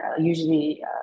usually